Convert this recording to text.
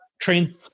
train